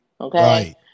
okay